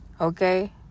Okay